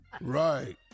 Right